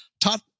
taught